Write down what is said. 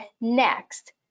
next